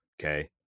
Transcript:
okay